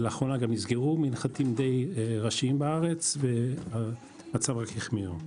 לאחרונה נסגרו מנחתים די ראשיים בארץ והצורך החמיר.